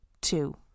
two